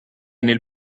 nel